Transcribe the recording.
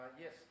Yes